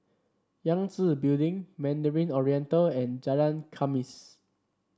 Yangtze Building Mandarin Oriental and Jalan Khamis